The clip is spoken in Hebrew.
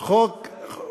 חוק קפקאי.